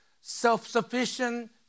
self-sufficient